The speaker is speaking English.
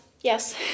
Yes